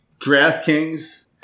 DraftKings